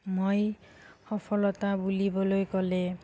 মই সফলতা বুলিবলৈ ক'লে